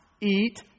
eat